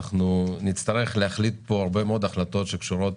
נצטרך להחליט פה הרבה מאוד החלטות שקשורות